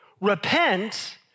Repent